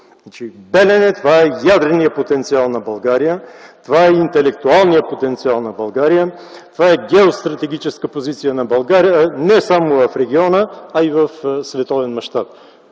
това е ядреният потенциал на България, това е интелектуалният потенциал на България, това е геостратегическа позиция на България не само в региона, а и в световен мащаб.